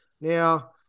Now